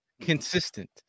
consistent